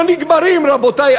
לא נגמרות, רבותי.